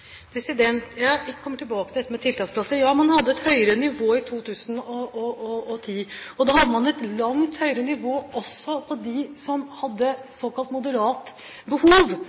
Jeg kommer tilbake til dette med tiltaksplasser: Ja, man hadde et høyere nivå i 2010, og da hadde man også et langt høyere nivå med tanke på dem som hadde såkalt moderat behov,